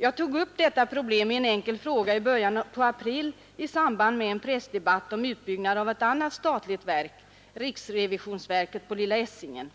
Jag tog upp detta problem i en enkel fråga i början av april i samband med en pressdebatt om utbyggnad av ett annat statligt verk, riksrevisionsverket på Lilla Essingen,